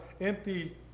empty